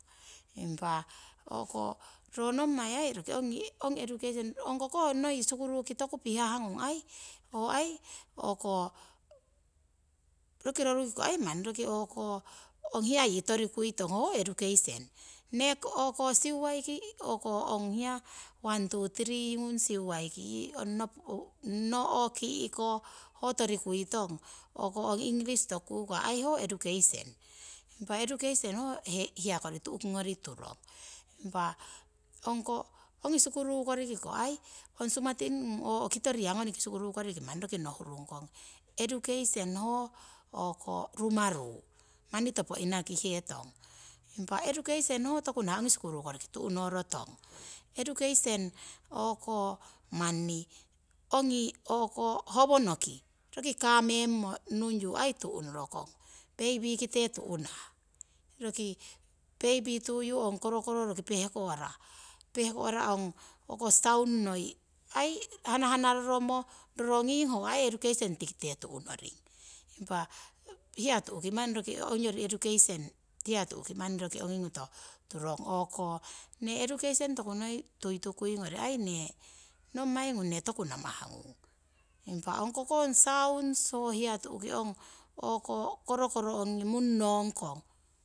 Impah ko ro torikai toku kukah roki o'nuki torikai roi tong ho, ho ko ai education. Siwai ki ong noh, kikoh tori kuie tone ho, ho ko ou education. Impah engish toku kukah roki o'ruku torikai roi tong ho, ho ko aii education. Tiki surutuko rieki ho sumatin kung nohurung kong education ho aii rumairu rupo tnaki he tong. Educaion o'ke horonoki roki kamengmo, education baby ki te túnah roki ong korkoro kúmmo hia túki education kori turong impah ne ong education ruu hokoni ne toku namah kung. Ong ka sounds ong korokoro ong ki mung nong kong hei ho aii education.